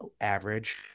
average